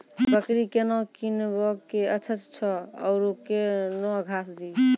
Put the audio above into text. बकरी केना कीनब केअचछ छ औरू के न घास दी?